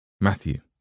Matthew